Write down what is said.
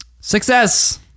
Success